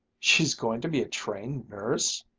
she's going to be a trained nurse?